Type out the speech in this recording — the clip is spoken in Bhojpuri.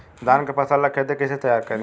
धान के फ़सल ला खेती कइसे तैयार करी?